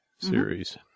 series